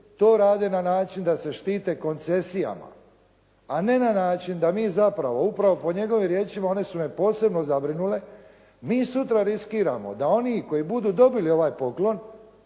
to rade na način da se štite koncesijama, a ne na način da mi zapravo upravo po njegovim riječima, one su me posebno zabrinule, mi sutra riskiramo da oni koji budu dobili ovaj poklon